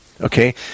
Okay